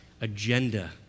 agenda